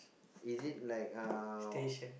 is it like ah